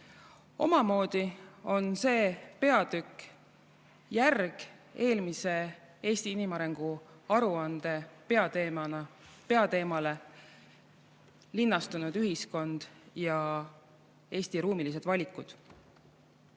Omamoodi on see peatükk järg eelmise Eesti inimarengu aruande peateemale "Linnastunud ühiskond ja Eesti ruumilised valikud".